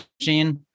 Machine